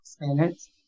minutes